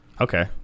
okay